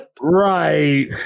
right